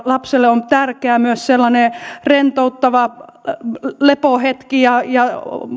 lapselle on tärkeää myös sellainen rentouttava lepohetki ja ja